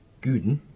Gooden